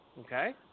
okay